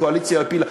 הקואליציה הפילה.